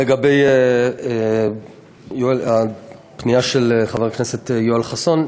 לגבי הפנייה של חבר הכנסת יואל חסון,